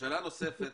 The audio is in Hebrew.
שאלה נוספת,